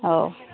ହଉ